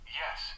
yes